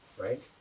right